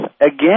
again